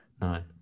nine